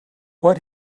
what